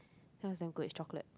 that was damn good it's chocolate